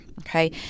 Okay